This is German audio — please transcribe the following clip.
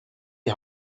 die